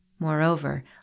Moreover